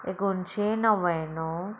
एकोणिशें णव्याणव